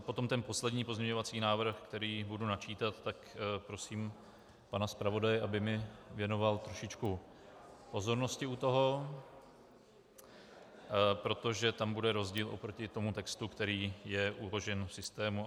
Potom ten poslední pozměňovací návrh, který budu načítat, tak prosím pana zpravodaje, aby mi věnoval trošičku pozornosti u toho, protože tam bude rozdíl oproti tomu textu, který je uložen v systému.